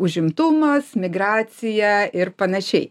užimtumas migracija ir panašiai